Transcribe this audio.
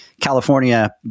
California